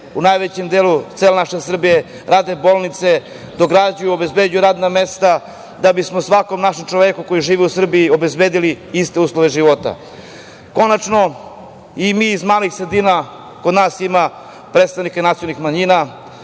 u najvećem delu cele naše Srbije rade bolnice, dograđuju, obezbeđuju sredstva da bismo svakom našem čoveku koji živi u Srbiji obezbedili iste uslove života. Konačno i mi iz malih sredina, kod nas ima predstavnika nacionalnih manjina,